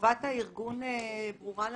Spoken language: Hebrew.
חובת הארגון ברורה לנו.